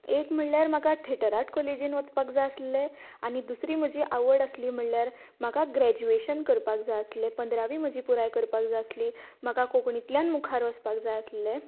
एक म्हळ्यार म्हाका थिएटर आर्ट कॉलिजींत वचपाक जाय आसले आनी दुसरी म्हजी आवड आसली म्हळ्यार म्हाका ग्रेज्युएशन करपाक जाय आसलें पंदरावी म्हजी पुराय करपाक जाय आसली म्हाका कोंकणीतल्यान मुखार वचपाक जाय आसलें